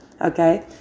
okay